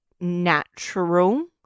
natural